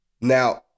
Now